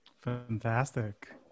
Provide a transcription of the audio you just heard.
Fantastic